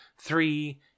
three